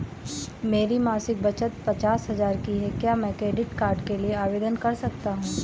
मेरी मासिक बचत पचास हजार की है क्या मैं क्रेडिट कार्ड के लिए आवेदन कर सकता हूँ?